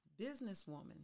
businesswoman